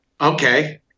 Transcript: Okay